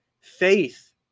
Faith